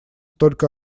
только